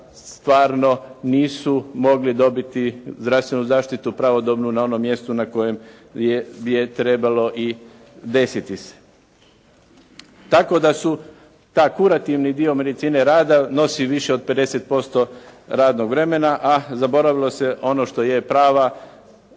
stvarno nisu mogli dobiti zdravstvenu zaštitu pravodobno na onom mjestu na kojem je trebalo i desiti se. Tako da su ta kurativni dio medicine rada nosi više od 50% radnog vremena, a zaboravilo se ono što je prava